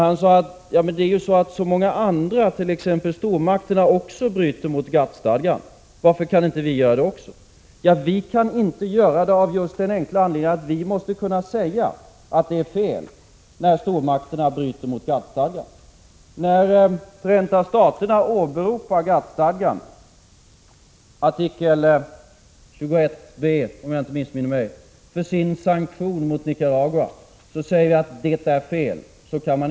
Han sade att så många andra, t.ex. stormakter, också bryter mot GATT-stadgan. Så varför kan inte vi göra det också? Vi kan inte göra det av just den enkla anledningen att vi måste kunna säga att det är fel när stormakterna bryter mot GATT-stadgan. När Förenta Staterna åberopar GATT-stadgan, artikel 21 B om jag inte missminner mig, när det gäller sanktionen mot Nicaragua, säger vi att det är fel.